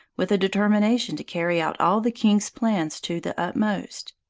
with a determination to carry out all the king's plans to the utmost.